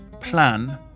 plan